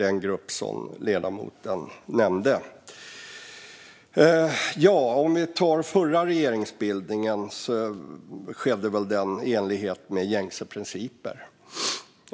I fråga om förra regeringsbildningen skedde den väl i enlighet med gängse principer.